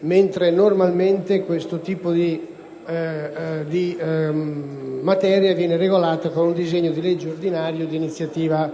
mentre normalmente questo tipo di materia viene regolato con un disegno di legge ordinario di iniziativa